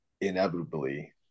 inevitably